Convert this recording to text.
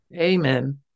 Amen